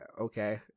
okay